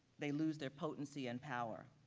they lose their potency and power.